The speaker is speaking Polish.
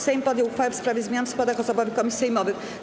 Sejm podjął uchwałę w sprawie zmian w składach osobowych komisji sejmowych.